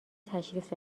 تشریف